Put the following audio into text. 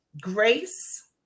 grace